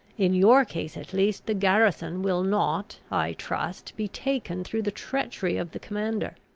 in your case, at least, the garrison will not, i trust, be taken through the treachery of the commander.